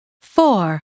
four